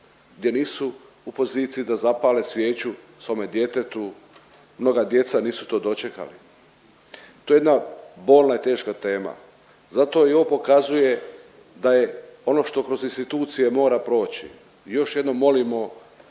gdje nisu u poziciji da zapale svijeću svome djetetu, mnoga djeca nisu to dočekali. To je jedna bolna i teška tema. Zato i ovo pokazuje da je ono što kroz institucije mora proći još jednom molimo